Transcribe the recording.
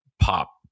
pop